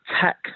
tech